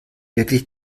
wirklich